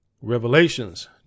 Revelations